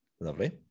Lovely